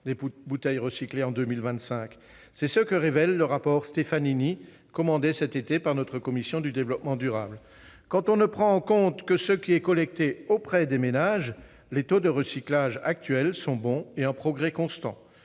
de bouteilles recyclées en 2025. C'est ce que révèle le rapport Stefanini commandé cet été par la commission du développement durable. Quand on ne prend en compte que ce qui est collecté auprès des ménages, les taux actuels de recyclage sont bons et progressent